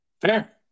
Fair